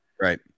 Right